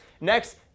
Next